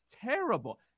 terrible